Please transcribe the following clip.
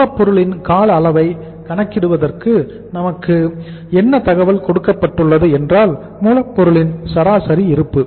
மூலப்பொருளின் கால அளவை கணக்கிடுவதற்கு நமக்கு என்ன தகவல் கொடுக்கப்பட்டுள்ளது என்றால் மூலப்பொருளின் சராசரி இருப்பு